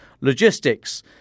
logistics